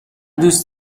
دوست